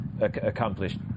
accomplished